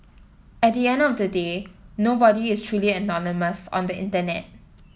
at the end of the day nobody is truly anonymous on the internet